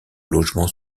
logement